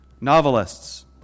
novelists